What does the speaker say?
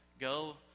go